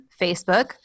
Facebook